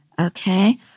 Okay